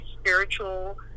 spiritual